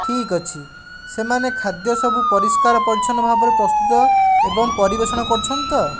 ଠିକ୍ ଅଛି ସେମାନେ ଖାଦ୍ୟ ସବୁ ପରିଷ୍କାର ପରିଚ୍ଛନ୍ନ ଭାବରେ ପ୍ରସ୍ତୁତ ଏବଂ ପରିବେଷଣ କରୁଛନ୍ତି ତ